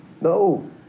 No